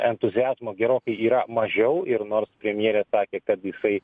entuziazmo gerokai yra mažiau ir nors premjerė sakė kad jisai